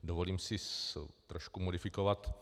Dovolím si trošku modifikovat.